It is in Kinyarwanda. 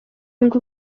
ngo